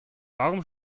warum